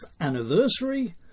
anniversary